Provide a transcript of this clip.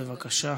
בבקשה.